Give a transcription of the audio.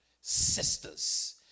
sisters